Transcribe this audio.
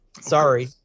Sorry